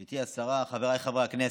גברתי השרה, חבריי חברי הכנסת,